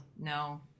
no